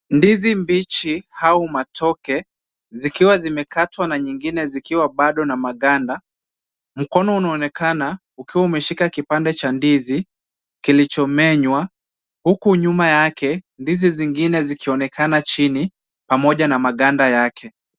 Ndizi mbichi au matoke zikiwa zimekatwa na nyingine bado zikiwa na maganda. Mkono unaonekana ukiwa umeshika kipande cha ndizi kilichomenywa, huku nyuma yake ndizi zingine zikionekana chini pamoja na maganda yake.